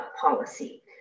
policy